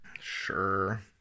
Sure